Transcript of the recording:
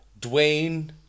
Dwayne